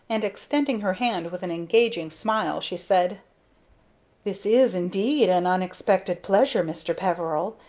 and, extending her hand with an engaging smile, she said this is indeed an unexpected pleasure, mr. peveril,